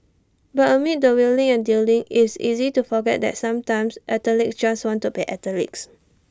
but amid the wheeling and dealing it's easy to forget that sometimes athletes just want to be athletes